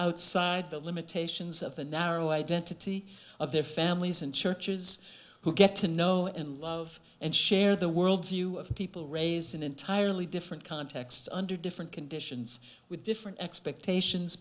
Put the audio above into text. outside the limitations of the narrow identity of their families and churches who get to know and love and share the worldview of people raised an entirely different context under different conditions with different expectations